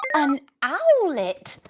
an owlet,